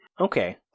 Okay